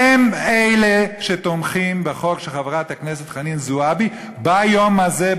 הם אלה שתומכים בחוק של חברת הכנסת חנין זועבי ביום הזה,